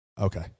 Okay